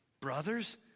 brothers